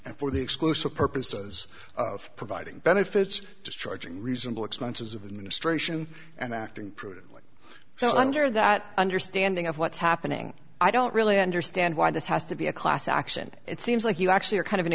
and for the exclusive purposes of providing benefits to charging reasonable expenses of the ministration and acting prudently so under that understanding of what's happening i don't really understand why this has to be a class action it seems like you actually are kind of in